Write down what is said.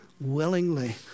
willingly